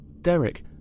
Derek